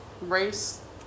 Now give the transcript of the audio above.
race